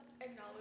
acknowledge